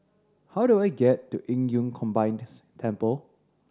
how do I get to Qing Yun Combined Temple